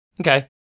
Okay